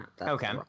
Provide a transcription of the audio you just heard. Okay